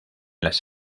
las